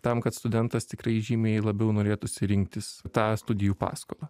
tam kad studentas tikrai žymiai labiau norėtųsi rinktis tą studijų paskolą